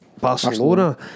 Barcelona